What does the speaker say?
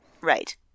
Right